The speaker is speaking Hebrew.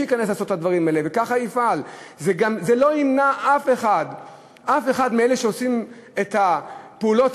זה לא ימנע אף אחד מאלה שעושים את הפעולות